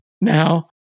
now